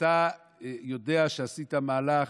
וכשאתה יודע שעשית מהלך,